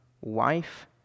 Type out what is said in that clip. wife